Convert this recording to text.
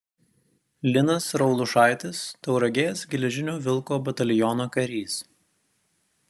linas raulušaitis tauragės geležinio vilko bataliono karys